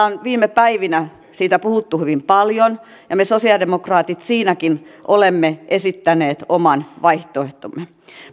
on viime päivinä siitä puhuttu hyvin paljon ja me sosialidemokraatit siinäkin olemme esittäneet oman vaihtoehtomme